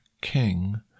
King